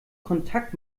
kontakt